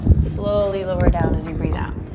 slowly lower down as you breathe out.